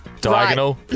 Diagonal